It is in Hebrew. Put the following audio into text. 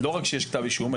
לא רק שיש כתב אישום,